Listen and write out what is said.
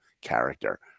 character